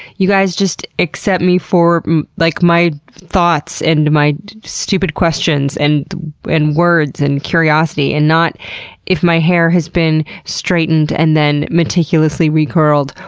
you guys just accept me for like my thoughts and my stupid questions and and words and curiosity and not if my hair has been straightened and then meticulously recurled,